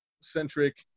centric